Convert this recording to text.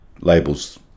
Labels